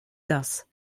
das